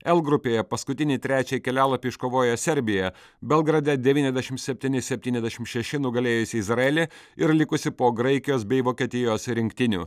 l grupėje paskutinį trečią kelialapį iškovojo serbija belgrade devyniasdešimt septyni septyniasdešimt šeši nugalėjusi izraelį ir likusi po graikijos bei vokietijos rinktinių